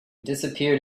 disappeared